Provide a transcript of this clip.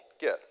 get